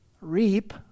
reap